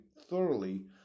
thoroughly